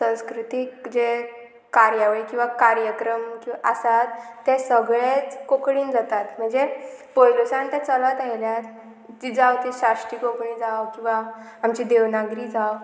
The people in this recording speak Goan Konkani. संस्कृतीक जे कार्यावळी किंवां कार्यक्रम किंवां आसात तें सगळेच कोंकणीन जातात म्हणजे पोयलुसान तें चलत आयल्यात जी जावं ती शाश्टी कोंकणी जाव किंवां आमची देवनागरी जावं